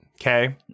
Okay